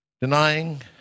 denying